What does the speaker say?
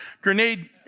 grenade